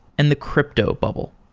and the crypto bubble.